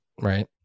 Right